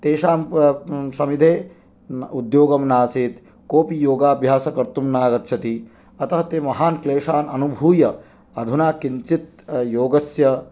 तेषां सविधे उद्योगं नासीत् कोऽपि योगाभ्यासं कर्तुं न आगच्छति अतः ते महान् क्लेशान् अनुभूय अधुना किञ्चित् योगस्य